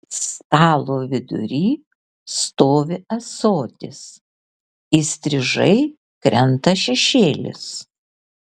stalo vidury stovi ąsotis įstrižai krenta šešėlis